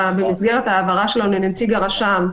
במסגרת ההבהרה שלו לנציג הרשם,